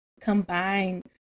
combine